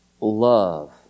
love